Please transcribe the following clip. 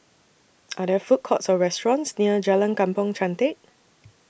Are There Food Courts Or restaurants near Jalan Kampong Chantek